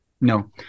no